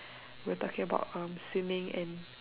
we were talking about um swimming and